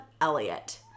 Elliot